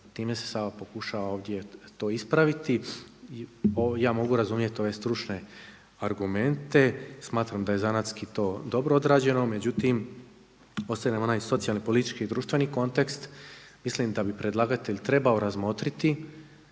Time se sada pokušava ovdje to ispraviti. Ja mogu razumjeti ove stručne argumente, smatram da je zanatski to dobro odrađeno. Međutim, ostaje nam onaj socijalni, politički i društveni kontekst. Mislim da bi predlagatelj trebao razmotriti